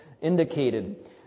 indicated